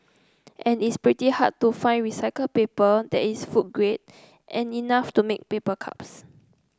and it's pretty hard to find recycled paper that is food grade and enough to make paper cups